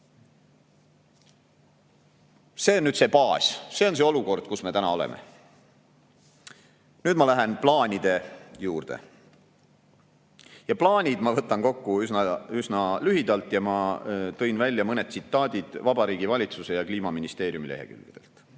See on nüüd see baas, see on olukord, kus me täna oleme. Nüüd ma lähen plaanide juurde. Plaanid ma võtan kokku üsna lühidalt. Ma toon välja mõned tsitaadid Vabariigi Valitsuse ja Kliimaministeeriumi lehekülgedelt.